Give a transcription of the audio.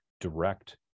direct